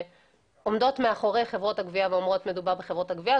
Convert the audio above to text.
עומדות מאחורי חברות הגבייה ומטילות את האחריות עליהן.